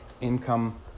income